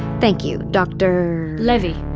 thank you, doctor? levy,